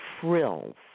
frills